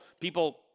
people